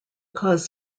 cause